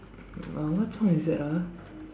uh what song is that ah